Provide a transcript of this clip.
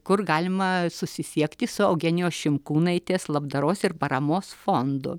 kur galima susisiekti su eugenijos šimkūnaitės labdaros ir paramos fondu